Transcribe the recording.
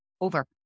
over